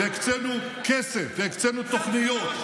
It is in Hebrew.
הקצינו כסף והקצינו תוכניות.